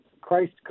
christ